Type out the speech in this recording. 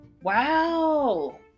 Wow